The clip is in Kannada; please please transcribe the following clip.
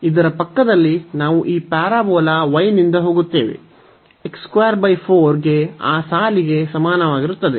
ಇದರ ಪಕ್ಕದಲ್ಲಿ ನಾವು ಈ ಪ್ಯಾರಾಬೋಲಾ y ನಿಂದ ಹೋಗುತ್ತೇವೆ ಗೆ ಆ ಸಾಲಿಗೆ ಸಮಾನವಾಗಿರುತ್ತದೆ